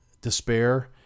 despair